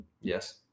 Yes